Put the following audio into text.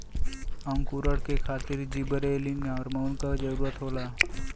अंकुरण के खातिर जिबरेलिन हार्मोन क जरूरत होला